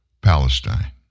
Palestine